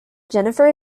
jennifer